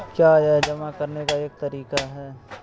क्या यह जमा करने का एक तरीका है?